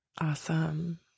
Awesome